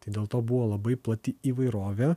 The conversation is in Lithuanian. tai dėl to buvo labai plati įvairovė